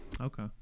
Okay